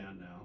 now